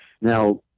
Now